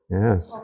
yes